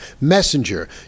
Messenger